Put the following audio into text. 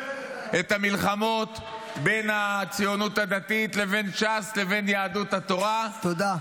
את המלחמות בין הציונות הדתית לבין ש"ס לבין יהדות התורה -- תודה.